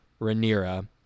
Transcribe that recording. Rhaenyra